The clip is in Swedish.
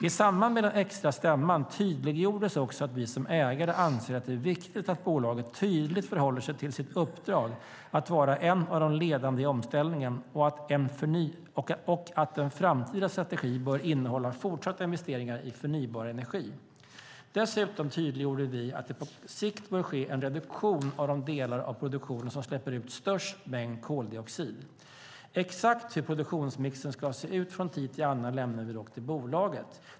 I samband med den extra stämman tydliggjordes också att vi som ägare anser att det är viktigt att bolaget tydligt förhåller sig till sitt uppdrag att vara en av de ledande i omställningen och att en framtida strategi bör innehålla fortsatta investeringar i förnybar energi. Dessutom tydliggjorde vi att det på sikt bör ske en reduktion av de delar av produktionen som släpper ut störst mängd koldioxid. Exakt hur produktionsmixen ska se ut från tid till annan lämnar vi dock till bolaget.